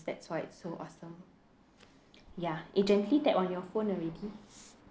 that's why it's so awesome ya agency tap on your phone already